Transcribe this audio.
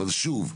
אבל שוב,